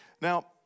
Now